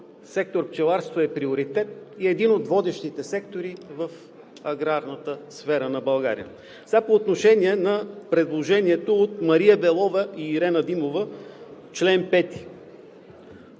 сектор „Пчеларство“ е приоритет и един от водещите сектори в аграрната сфера на България. Сега по отношение на предложението на Мария Белова и Ирена Димова в чл. 5.